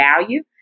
value